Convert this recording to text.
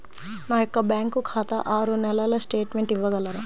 నా యొక్క బ్యాంకు ఖాతా ఆరు నెలల స్టేట్మెంట్ ఇవ్వగలరా?